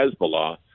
Hezbollah